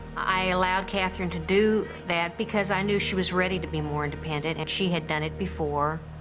i allowed katherine to do that because i knew she was ready to be more independent, and she had done it before.